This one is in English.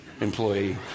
employee